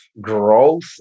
growth